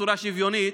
בצורה שוויונית,